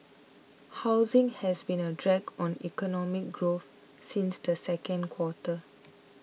housing has been a drag on economic growth since the second quarter